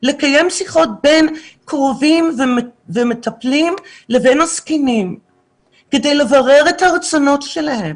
לקיים שיחות בין קרובים ומטפלים לבין הזקנים כדי לברר את הרצונות שלהם,